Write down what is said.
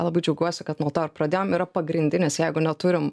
labai džiaugiuosi kad nuo to ir pradėjom yra pagrindinis jeigu neturim